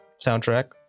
soundtrack